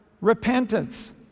Repentance